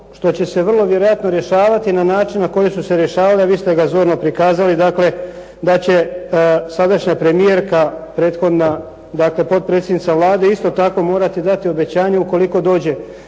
što će se vrlo vjerojatno rješavati na način na koji su se rješavale, a vi ste ga zorno prikazali. Dakle, da će sadašnja premijerka prethodna, dakle potpredsjednica Vlade isto tako morati dati obećanje ukoliko dođe